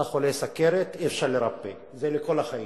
אתה חולה סוכרת, אי-אפשר לרפא, זה לכל החיים.